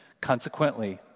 Consequently